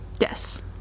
yes